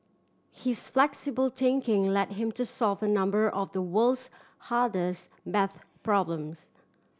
his flexible thinking led him to solve a number of the world's hardest maths problems